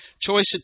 Choice